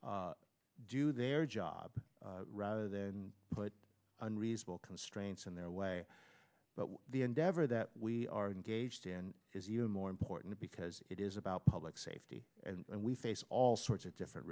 m do their job rather than put unreasonable constraints in their way but the endeavor that we are engaged in is even more important because it is about public safety and we face all sorts of different